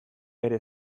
ere